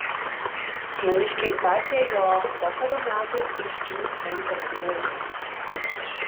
namiškiai sakė jog pokario metais miškinis trenkęs buože